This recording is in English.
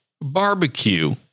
barbecue